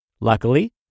Luckily